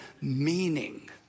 meaning